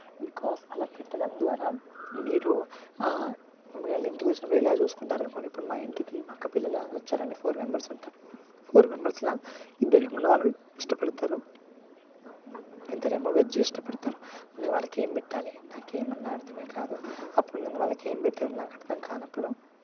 because అలా పెట్టడం ద్వారా మీరు వాళ్ళు ఇంటికి వచ్చినప్పుడు ఎలా చూసుకుంటారని ఇప్పుడు మా ఇంటికి మా అక్క పిల్లలు వచ్చారండి ఫోర్ మెంబర్స్ ఉంటారు ఫోర్ మెంబర్స్లో ఇద్దరు ఏమో నాన్ వెజ్ ఇష్టపడతారు ఇద్దరు ఏమో వెజ్ ఇష్టపడతారు నేను వాళ్ళకి ఏం పెట్టాలి నాకు ఏమైనా అర్థమే కాదు అప్పుడు నేను వాళ్ళకి ఏం పెట్టాలో నాకు అర్థం కానప్పుడు